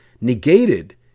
negated